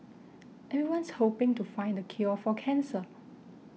everyone's hoping to find the cure for cancer